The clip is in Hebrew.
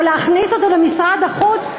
או להכניס אותו למשרד החוץ?